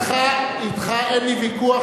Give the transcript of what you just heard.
אתך אין לי ויכוח,